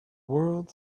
world